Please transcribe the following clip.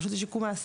הרשות לשיקום האסיר,